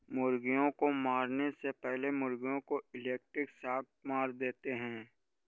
मुर्गियों को मारने से पहले मुर्गियों को इलेक्ट्रिक शॉक से मार देते हैं